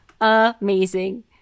Amazing